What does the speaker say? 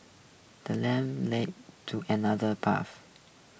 the ladder leads to another path